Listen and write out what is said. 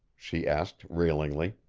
she asked railingly.